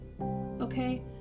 Okay